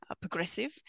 progressive